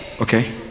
Okay